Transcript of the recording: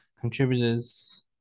Contributors